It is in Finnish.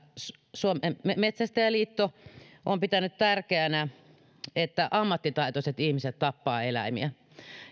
suomen metsästäjäliitto on pitänyt tärkeänä että ammattitaitoiset ihmiset tappavat eläimiä